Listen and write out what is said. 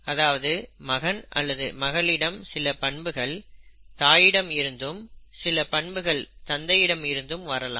அதாவது மகன் அல்லது மகளிடம் சில பண்புகள் தாயிடம் இருந்தும் சில பண்புகள் தந்தையிடம் இருந்தும் வரலாம்